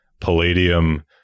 palladium